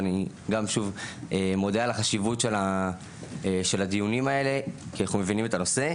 ואני גם שוב מודה על החשיבות של הדיונים האלה כי אנחנו מבינים את הנושא.